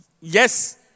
Yes